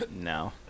No